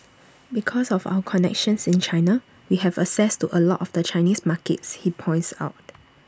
because of our connections in China we have access to A lot of the Chinese markets he points out